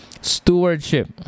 stewardship